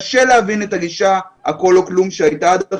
קשה להבין את הגישה של "הכול או כלום" שהייתה עד עכשיו.